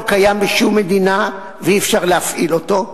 לא קיים בשום מדינה ואי-אפשר להפעיל אותו.